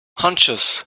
hunches